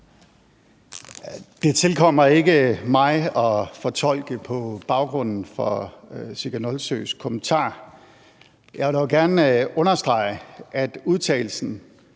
Det tilkommer ikke mig at fortolke på baggrunden for Sigga Nolsøes kommentar. Jeg vil dog gerne understrege, at udtalelsen